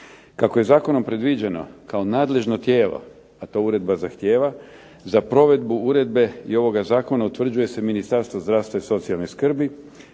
Kako je zakonom predviđeno kao nadležno tijelo, a to Uredba zahtijeva za provedbu Uredbe i ovoga zakona utvrđuje se Ministarstvo zdravstva i socijalne skrbi